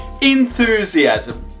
enthusiasm